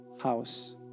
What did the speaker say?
house